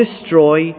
destroy